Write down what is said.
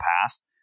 past